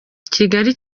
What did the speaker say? kigali